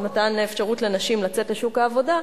מתן אפשרות לנשים לצאת לשוק העבודה,